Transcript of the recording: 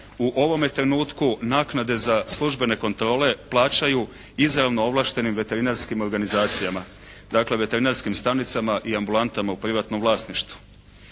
u ovome trenutku naknade za službene kontrole plaćaju izravno ovlaštenim veterinarskim organizacijama. Dakle veterinarskim stanicama i ambulantama u privatnom vlasništvu.